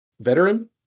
veteran